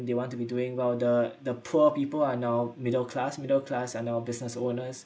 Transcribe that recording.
they want to be doing while the the poor people are now middle class middle class are now business owners